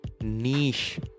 niche